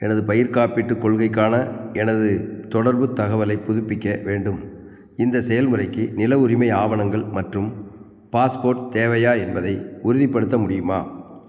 எனது பயிர்க் காப்பீட்டுக் கொள்கைக்கான எனது தொடர்புத் தகவலை புதுப்பிக்க வேண்டும் இந்த செயல்முறைக்கு நில உரிமை ஆவணங்கள் மற்றும் பாஸ்போர்ட் தேவையா என்பதை உறுதிப்படுத்த முடியுமா